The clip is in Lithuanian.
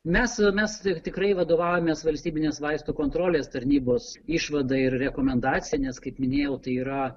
mes mes tikrai vadovavomės valstybinės vaistų kontrolės tarnybos išvada ir rekomendacinės kaip minėjau tai yra